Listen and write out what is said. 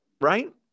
right